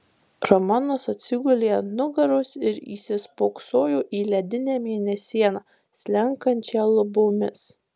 ramonas atsigulė ant nugaros ir įsispoksojo į ledinę mėnesieną slenkančią lubomis